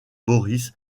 boris